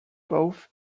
both